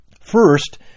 First